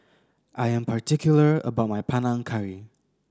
I am particular about my Panang Curry